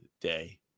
day